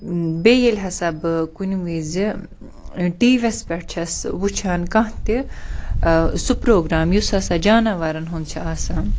بیٚیہِ ییٚلہِ ہَسا بہٕ کُنہِ وِزِ ٹی وی یَس پٮ۪ٹھ چھَس وٕچھان کانٛہہ تہِ سُہ پروگرام یُس ہَسا جاناوارَن ہُنٛد چھُ آسان